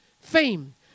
Fame